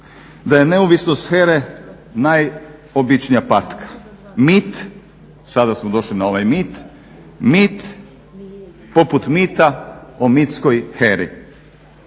da je neovisnost HERA-e najobičnija patka, mit. Sada smo došli na ovaj mit, mit poput mita o mitskoj HERA-i.